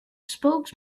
spokes